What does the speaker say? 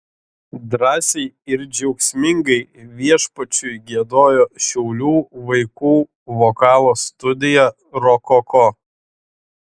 drąsiai ir džiaugsmingai viešpačiui giedojo šiaulių vaikų vokalo studija rokoko